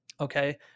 okay